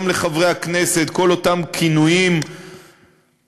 גם לחברי הכנסת: כל אותם כינויים תקשורתיים,